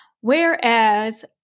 Whereas